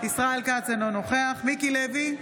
ישראל כץ, אינו נוכח מיקי לוי,